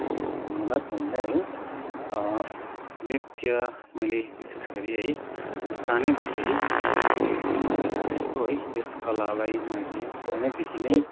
विशेष धन्यवाद बहिनीलाई है नृत्य मैले विशेष गरी है सानैदेखि है गरेर आएको है यस कलालाई मैले सानैदेखि नै